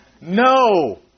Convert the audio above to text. No